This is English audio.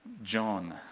john.